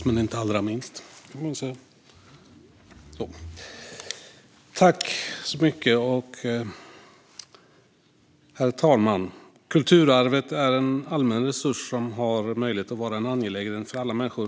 Herr talman! Kulturarvet är en allmän resurs som har möjlighet att vara en angelägenhet för alla människor.